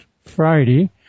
Friday